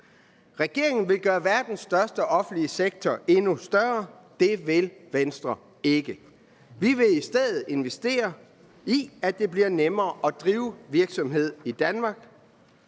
Regeringen vil gøre verdens største offentlige sektor endnu større. Det vil Venstre ikke. Vi vil i stedet investere i, at det bliver nemmere at drive virksomhed i Danmark.